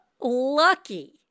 lucky